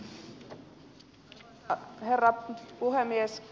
arvoisa herra puhemies